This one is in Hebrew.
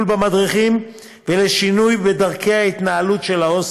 במדריכים ולשינוי בדרכי ההתנהלות של ההוסטל.